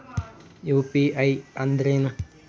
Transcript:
UPI ಅಂದ್ರೇನು?